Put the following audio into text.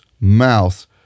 mouth